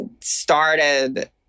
started